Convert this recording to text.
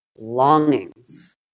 longings